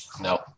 No